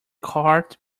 cart